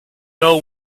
know